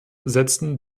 setzen